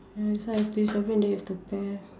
ya that's why have to use your brain then you have to pair